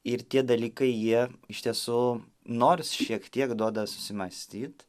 ir tie dalykai jie iš tiesų nors šiek tiek duoda susimąstyt